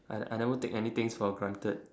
I I never take anything for granted